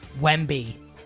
Wemby